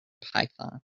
python